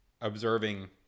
observing